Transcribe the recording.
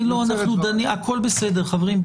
הכול בסדר, חברים.